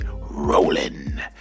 rolling